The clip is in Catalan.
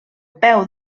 peu